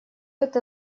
это